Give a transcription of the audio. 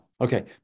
Okay